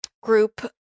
group